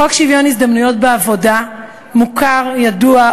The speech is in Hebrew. חוק שוויון ההזדמנויות בעבודה מוכר וידוע,